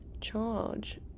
charge